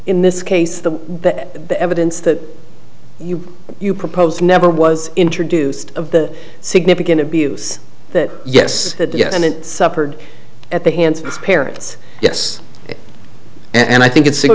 in this case the that the evidence that you propose never was introduced of the significant abuse that yes yes and it suffered at the hands of parents yes and i think it's